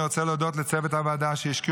אני רוצה להודות לצוות הוועדה שהשקיע